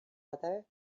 other